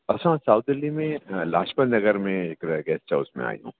असां साउथ दिल्लीअ में लाजपत नगर में हिकिड़े गेस्ट हाउस में आहियूं